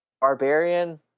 barbarian